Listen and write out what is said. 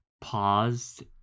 paused